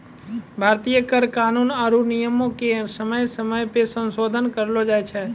भारतीय कर कानून आरु नियमो के समय समय पे संसोधन करलो जाय छै